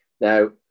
Now